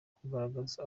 kugaragaza